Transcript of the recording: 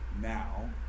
now